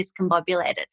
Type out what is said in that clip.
discombobulated